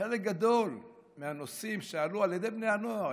חלק גדול מהנושאים שעלו על ידי בני הנוער,